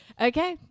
Okay